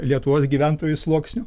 lietuvos gyventojų sluoksnių